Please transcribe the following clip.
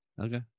Okay